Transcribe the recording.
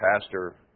pastor